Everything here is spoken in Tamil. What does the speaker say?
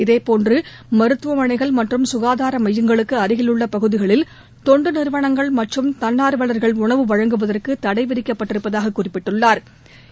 இதேபோன்று மருத்துவமனைகள் மற்றும் சுகாதார மையங்களுக்கு அருகில் உள்ள பகுதிகளில் தொன்டு நிறுவனங்கள் மற்றும் தன்னா்வல்கள் உணவு வழங்குவதற்கு தடை விதிக்கப்பட்டிருப்பதாக குறிப்பிட்டுள்ளா்